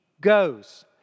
goes